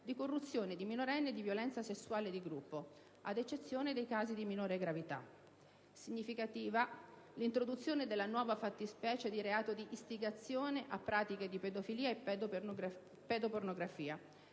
di corruzione di minorenne e di violenza sessuale di gruppo, ad eccezione dei casi di minore gravità. Significativa è l'introduzione della nuova fattispecie di reato di istigazione a pratiche di pedofilia e pedopornografia.